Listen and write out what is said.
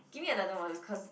give me another one cause